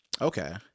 Okay